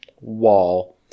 wall